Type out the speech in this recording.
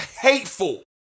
hateful